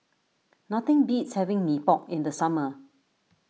nothing beats having Mee Pok in the summer